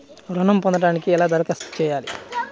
ఋణం పొందటానికి ఎలా దరఖాస్తు చేయాలి?